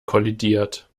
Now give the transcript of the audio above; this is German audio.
kollidiert